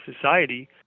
society